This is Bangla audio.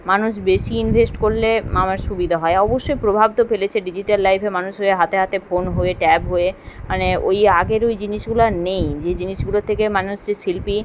মানুষ বেশি ইনভেস্ট করলে আমার সুবিধা হয় অবশ্যই প্রভাব তো ফেলেছে ডিজিটাল লাইফে মানুষ হাতে হাতে ফোন হয়ে ট্যাব হয়ে মানে ওই আগের ওই জিনিসগুলো আর নেই যে জিনিসগুলোর থেকে মানুষ যে শিল্পী